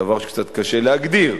דבר שקצת קשה להגדיר,